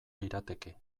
lirateke